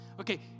Okay